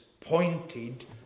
pointed